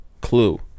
Clue